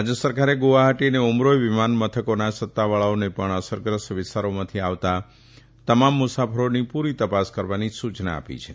રાજય સરકારે ગુવાહાટી અને ઉમરોઇ વિમાનો મથકોના સત્તાવાળાઓને પણ અસરગ્રસ્ત વિસ્તારોમાંથી આવતાં તમામ મુસાફરોની પુરી તપાસ કરવાની સુચના આપી છે